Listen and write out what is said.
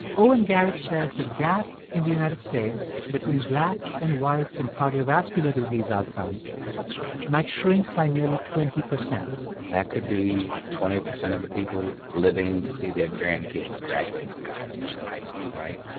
owen garrick says the gap in the united states between blacks and whites in cardiovascular disease outcomes might shrink by nearly twenty point that could be twenty percent of the people living to see their grandkids graduate from college and high school, right?